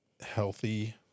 healthy